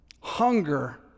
hunger